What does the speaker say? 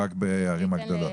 יש רק בערים הגדולות?